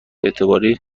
اعتباری